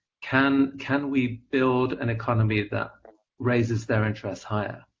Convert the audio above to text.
can can we build an economy that raises their interest higher?